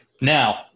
Now